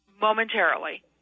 momentarily